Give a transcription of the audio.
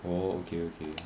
oh okay okay